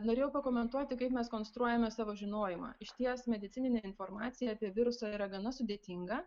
norėjau pakomentuoti kaip mes konstruojame savo žinojimą išties medicininė informacija apie virusą yra gana sudėtinga